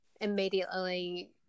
immediately